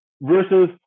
versus